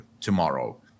tomorrow